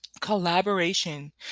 collaboration